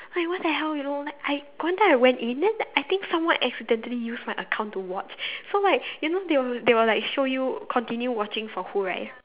like what the hell you know like I got one time I went in then I think someone accidentally use my account to watch so like you know they will they will like show you continue watching for who right